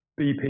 BP